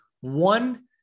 one